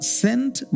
sent